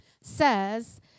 says